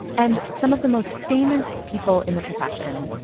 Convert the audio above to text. and some of the most famous people in the profession,